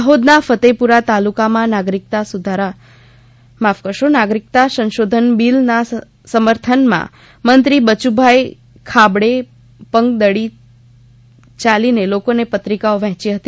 દાહોદના ફતેપુરા તાલુકામાં નાગરીકતા સંશોધન બિલના સમ ર્થનમાં મંત્રી બચુભાઈ ખાબડે પંગદડી ચાલી લોકોને પત્રિકાઓ વહેચી હતી